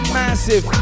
massive